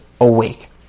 awake